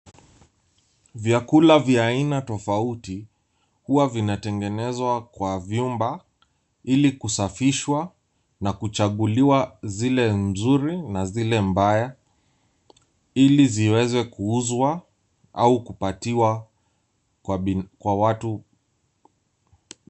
Vyakula vya aina tofauti hua vinatengenezwa kwa vyumba ili kusafishwa na kuchaguliwa zile nzuri na zile mbaya ili ziweza kuuzwa au kupatiwa kwa watu.